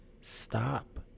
stop